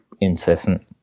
incessant